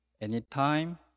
anytime